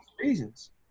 reasons